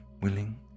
willing